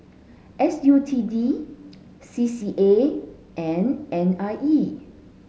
S U T D C C A and N I E